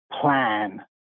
plan